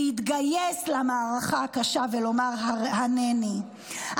להתגייס למערכה הקשה ולומר: הינני,